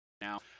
now